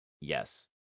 Yes